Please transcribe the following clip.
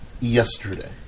yesterday